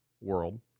world